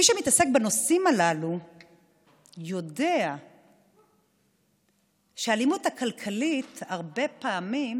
מי שמתעסק בנושאים הללו יודע שהאלימות הכלכלית הרבה פעמים